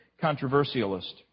controversialist